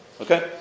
Okay